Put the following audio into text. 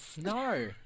No